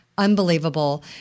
Unbelievable